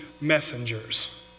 messengers